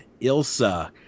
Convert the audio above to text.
Ilsa